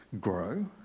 grow